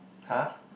[huh]